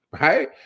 right